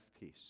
peace